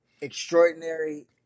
Extraordinary